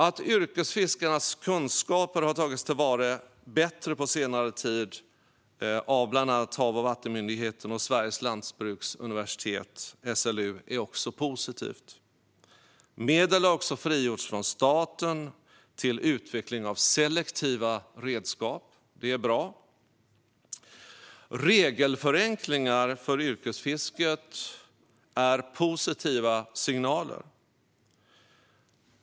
Att yrkesfiskarnas kunskaper har tagits till vara på senare tid av bland annat Havs och vattenmyndigheten och Sveriges lantbruksuniversitet, SLU, är också positivt. Medel har också frigjorts från staten till utveckling av selektiva redskap. Det är bra. Regelförenklingar för yrkesfisket är positiva signaler.